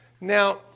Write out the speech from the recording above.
Now